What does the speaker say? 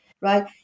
right